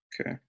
Okay